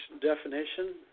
definition